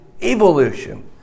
Evolution